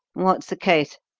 what's the case?